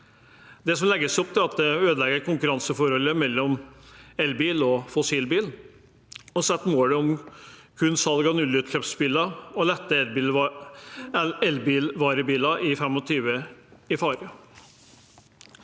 det legges opp, ødelegger man konkurranseforholdet mellom elbil og fossilbil og setter målet om kun salg av nullutslippsbiler og lettere elvarebiler i 2025 i fare.